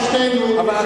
לשנינו,